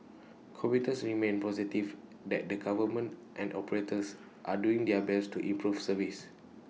commuters remained positive that the government and operators are doing their best to improve service